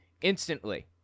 instantly